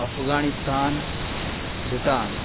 Afghanistan Bhutan